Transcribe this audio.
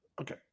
Okay